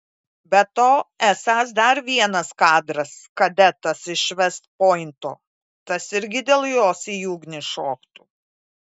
be to esąs dar vienas kadras kadetas iš vest pointo tas irgi dėl jos į ugnį šoktų